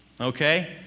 Okay